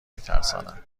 میترساند